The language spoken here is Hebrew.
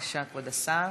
בבקשה, כבוד השר.